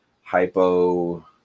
hypo